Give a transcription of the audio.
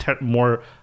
more